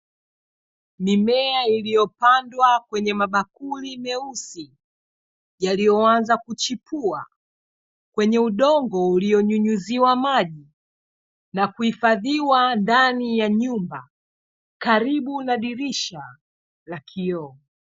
Mimea iliyopandwa kwenye mabakuli meusi yalioanza kuchipua kwenye udongo ulionyunyiziwa maji, na kuhifadhiwa ndani ya nyumba karibu na dirisha la kioo.